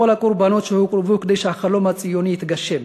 הקורבנות שהוקרבו כדי שהחלום הציוני יתגשם.